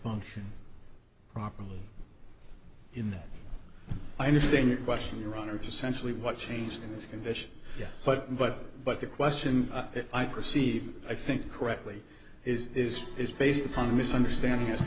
function properly in i understand your question your honor it's essentially what changed his condition yes but but but the question i perceive i think correctly is is is based upon a misunderstanding as